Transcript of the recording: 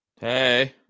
Hey